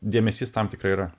dėmesys tam tikrai yra